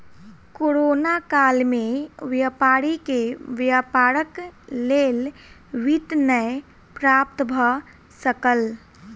corona काल में व्यापारी के व्यापारक लेल वित्त नै प्राप्त भ सकल